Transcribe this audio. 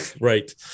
Right